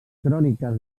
cròniques